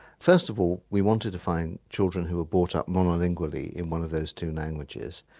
first of all we wanted to find children who were brought up mono-lingually in one of those two languages,